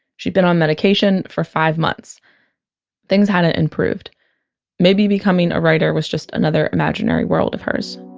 she'd been on medication for five months things hadn't improved maybe becoming a writer was just another imaginary world of hers